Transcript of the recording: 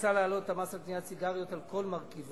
מוצע להעלות את המס על קניית סיגריות על כל מרכיביו,